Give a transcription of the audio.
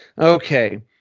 Okay